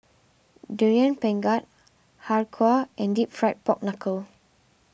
Durian Pengat Har Kow and Deep Fried Pork Knuckle